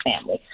family